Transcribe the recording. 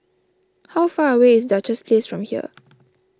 how far away is Duchess Place from here